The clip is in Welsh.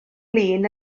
lin